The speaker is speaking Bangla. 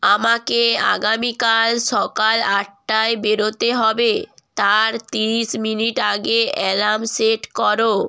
আমাকে আগামীকাল সকাল আটটায় বেরোতে হবে তার তিরিশ মিনিট আগে আলার্ম সেট করো